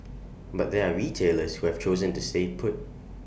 but there are retailers who have chosen to stay put